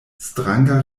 stranga